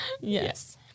Yes